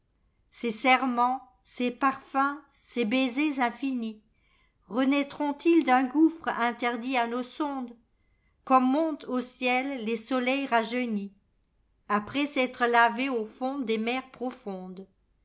ces serments ces parfums ces baisers infinis renaîtront ils d'un gouffre interdit à nos sondes comme montent au ciel les soleils rajeunisaprès s'être lavés au fond des mers profondes